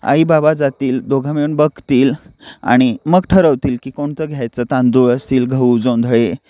आई बाबा जातील दोघं मिळून बघतील आणि मग ठरवतील की कोणतं घ्यायचं तांदूळ असतील गहू जोंधळे